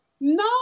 No